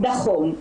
נכון.